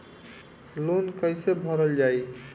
Loan कैसे भरल जाइ?